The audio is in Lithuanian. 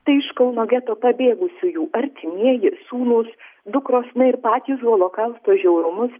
tai iš kauno geto pabėgusiųjų artimieji sūnūs dukros na ir patys holokausto žiaurumus